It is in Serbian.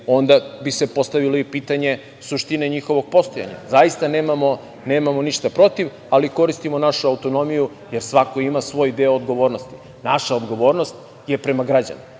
onda bi se postavilo i pitanje suštine njihovog postojanja. Zaista nemamo ništa protiv ali koristimo našu autonomiju, jer svako ima svoj deo odgovornosti. Naša odgovornost je prema građanima,